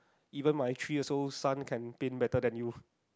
even my three also son can paint better then you